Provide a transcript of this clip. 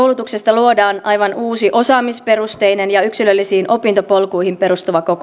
luodaan aivan uusi osaamisperusteinen ja yksilöllisiin opintopolkuihin